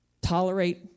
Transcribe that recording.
Tolerate